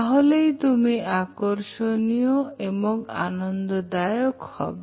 তাহলে তুমি আকর্ষণীয় এবং আনন্দদায়ক হবে